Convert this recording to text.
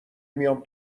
میام